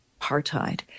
apartheid